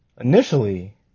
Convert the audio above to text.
initially